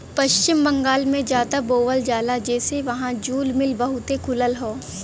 पश्चिम बंगाल में जादा बोवल जाला जेसे वहां जूल मिल बहुते खुलल हौ